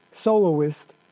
soloist